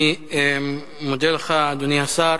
אני מודה לך, אדוני השר.